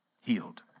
healed